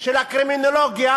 של הקרימינולוגיה